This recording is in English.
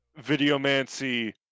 videomancy